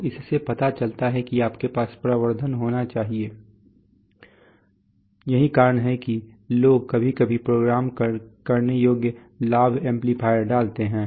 तो इससे पता चलता है कि आपके पास प्रवर्धन होना चाहिए यही कारण है कि लोग कभी कभी प्रोग्राम करने योग्य लाभ एम्पलीफायर डालते हैं